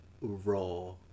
Raw